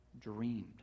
dreamed